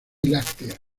láctea